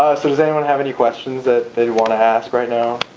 so does anyone have any questions that they'd want to ask right now